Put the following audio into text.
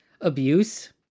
abuse